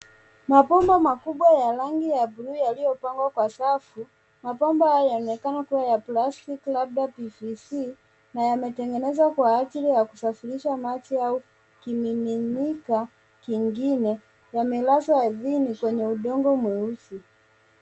Mabomba makubwa ya rangi ya buluu yaliyopangwa kwa safu, mabomba hayo yanonekana kuwa ya plastiki labda PVC na yametengenezwa kwa ajili ya kusafirisha maji au kimiminika kingine, yamelzawa ardhini kwenye udongo mweusi.